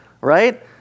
Right